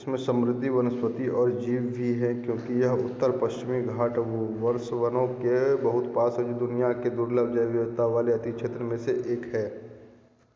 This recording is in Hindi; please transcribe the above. इसमें समृद्धि वनस्पति और जीव भी है क्योंकि यह उत्तर पश्चिमी घाट वर्षावनों के बहुत पास है जो दुनिया के दुर्लभ जैव विविधता वाले अतिक्षेत्र में से एक है